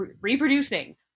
reproducing